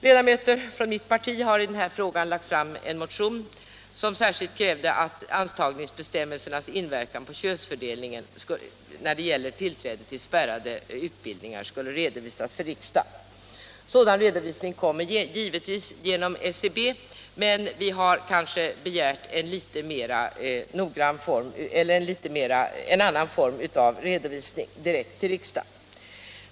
Ledamöter från mitt parti har i denna fråga väckt en motion som särskilt kräver att antagningsbestämmelseinas inverkan på könsfördelningen när det gäller tillträde till spärrade utbildningar skall redovisas för riksdagen. Sådan redovisning kommer givetvis genom SCB, men vi har begärt en annan form av redovisning direkt till riksdagen.